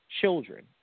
Children